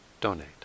donate